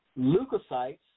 Leukocytes